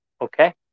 okay